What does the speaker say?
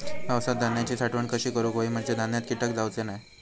पावसात धान्यांची साठवण कशी करूक होई म्हंजे धान्यात कीटक जाउचे नाय?